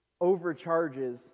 overcharges